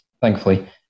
thankfully